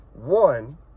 one